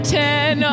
ten